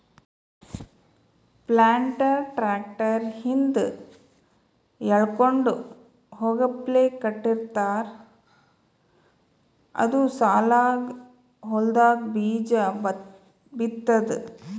planter tractor ಹಿಂದ್ ಎಳ್ಕೊಂಡ್ ಹೋಗಪ್ಲೆ ಕಟ್ಟಿರ್ತಾರ್ ಅದು ಸಾಲಾಗ್ ಹೊಲ್ದಾಗ್ ಬೀಜಾ ಬಿತ್ತದ್